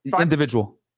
individual